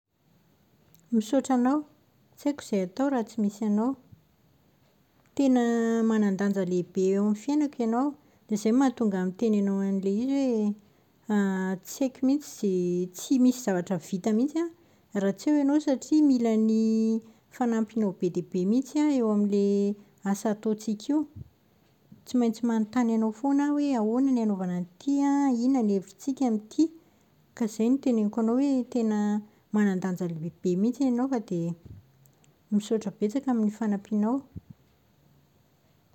Misaotra anao. Tsy haiko izay hataoko raha tsy misy anao. Tena manan-danja lehibe eo amin'ny fiainako ianao dia izay no mahatonga ahy miteny anao an'ilay izy hoe tsy haiko mihitsy izay tsy misy zavatra vita mihitsy raha tsy eo ianao satria mila ny fanampianao be dia be mihitsy aho eo amin'ilay asa ataontsika io. Tsy maintsy manontany anao foana aho hoe ahoana ny hanaovana an'ity an, inona ny hevitritsika amin'ity. Ka izay no teneniko anao hoe tena manan-danja lehibe mihitsy ianao fa dia misaotra betsaka amin'ny fanampianao.